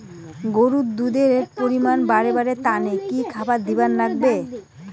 গরুর দুধ এর পরিমাণ বারেবার তানে কি খাবার দিবার লাগবে?